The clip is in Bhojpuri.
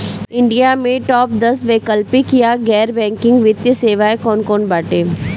इंडिया में टाप दस वैकल्पिक या गैर बैंकिंग वित्तीय सेवाएं कौन कोन बाटे?